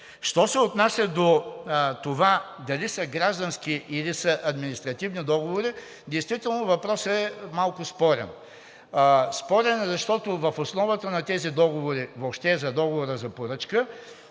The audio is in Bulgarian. Що се отнася до това дали са граждански, или са административни договори, действително въпросът е малко спорен. Спорен е, защото в основата на тези договори, въобще за договора за поръчка,